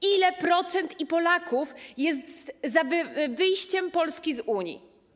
Ile procent Polek i Polaków jest za wyjściem Polski z Unii?